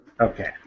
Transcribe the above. Okay